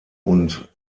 und